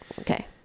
okay